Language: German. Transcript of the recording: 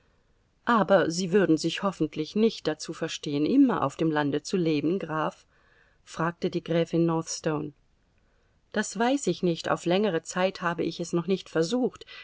aber sie würden sich hoffentlich nicht dazu verstehen immer auf dem lande zu leben graf fragte die gräfin northstone das weiß ich nicht auf längere zeit habe ich es noch nicht versucht